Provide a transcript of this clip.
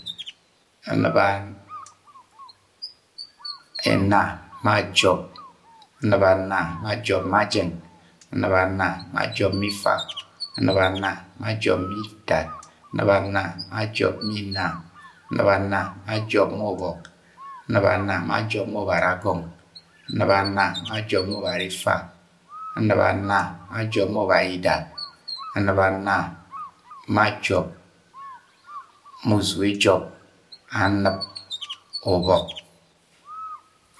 Anɨb anna ma jọp. Anɨb anna ma jọp ma ifa. Anɨb anna ma jọp ma itad. Anɨb anna ma jọp ma inna. Anɨb anna ma jọp ma ubọk. Anɨb anna ma jọp ma ubara agọng. Anɨb anna ma jọp ma ubari ifa. Anɨb anna ma jọp ma ubaidat. Anɨb anna ma jọp ma uzuge jọp. Anɨb ubọk.